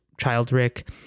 Childrick